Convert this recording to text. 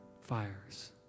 fires